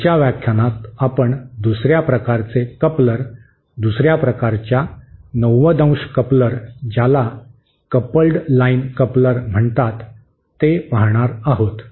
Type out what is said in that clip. पुढच्या व्याख्यानात आपण दुसऱ्या प्रकारचे कपलर दुसऱ्या प्रकारच्या 90° कपलर ज्याला कपल्ड लाईन कपलर म्हणतात ते पाहणार आहोत